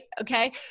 Okay